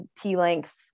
T-length